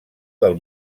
del